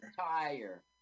tire